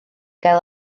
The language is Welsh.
gael